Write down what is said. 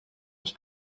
ich